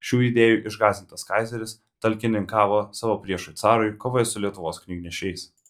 šių idėjų išgąsdintas kaizeris talkininkavo savo priešui carui kovoje su lietuvos knygnešiais